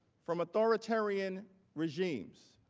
from authoritarian regimes.